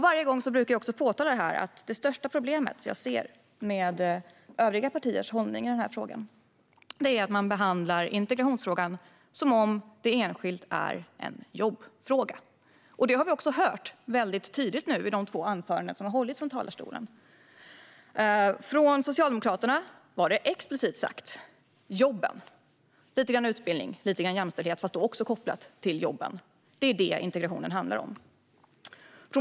Varje gång brukar jag påpeka att det största problemet som jag ser med övriga partiers hållning är att man behandlar integrationsfrågan som om det enskilt är en jobbfråga. Det hörde vi också tydligt i de två tidigare anförandena som har hållits från talarstolen. Socialdemokraterna sa explicit: Jobben, lite utbildning, lite jämställdhet kopplat till jobben är vad integrationen handlar om.